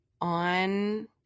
on